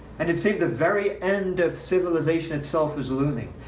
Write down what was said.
and it seemed the very end of civilization itself was looming,